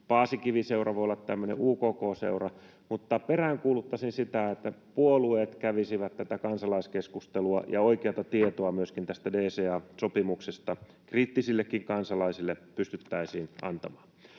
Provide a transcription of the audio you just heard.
Paasikivi-Seura voi olla tämmöinen, UKK-Seura, mutta peräänkuuluttaisin sitä, että puolueet kävisivät tätä kansalaiskeskustelua ja että oikeata tietoa myöskin tästä DCA-sopimuksesta kriittisillekin kansalaisille pystyttäisiin antamaan.